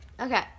okay